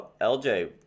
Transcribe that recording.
LJ